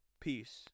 Peace